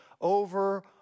over